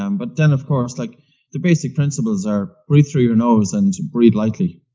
um but then, of course, like the basic principles are breathe through your nose and breathe lightly.